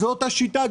זאת השיטה.